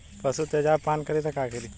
पशु तेजाब पान करी त का करी?